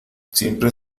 siempre